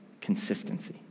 consistency